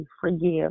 forgive